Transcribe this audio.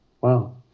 Wow